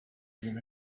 dream